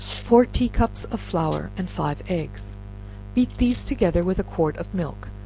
four tea-cups of flour, and five eggs beat these together with a quart of milk,